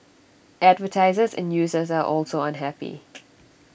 advertisers and users are also unhappy